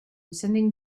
sending